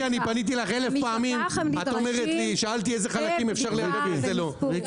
מתוך כך הם נדרשים למספר ומספור.